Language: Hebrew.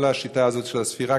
כל השיטה הזו של הספירה,